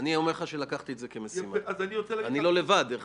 היום אני בונה 2,000 יחידות דיור